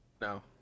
No